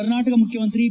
ಕರ್ನಾಟಕ ಮುಖ್ಯಮಂತ್ರಿ ಬಿ